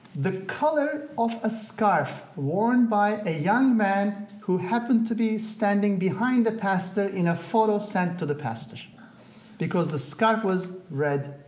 the color of a scarf worn by a young man who happened to be standing behind the pastor in a photo sent to the pastor because the scarf was red,